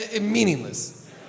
meaningless